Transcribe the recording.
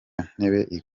ntebe